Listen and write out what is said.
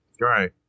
Right